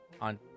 on